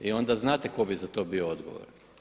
I onda znate tko bi za to bio odgovoran?